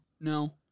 No